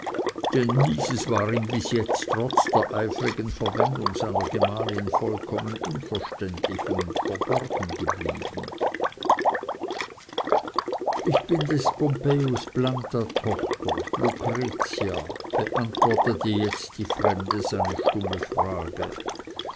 denn dieses war ihm bis jetzt trotz der eifrigen verwendung seiner gemahlin vollkommen unverständlich und verborgen geblieben ich bin des pompejus planta tochter lucretia beantwortete jetzt die fremde seine stumme frage